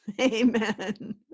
amen